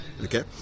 okay